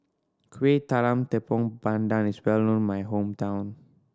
Kuih Talam Tepong Pandan is well known in my hometown